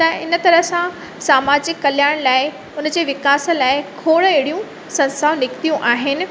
त इन तरह सां सामाजिक कल्याण लाइ उन जी विकास लाइ खोड़ अहिड़ियूं संस्थाऊं निकितियूं आहिनि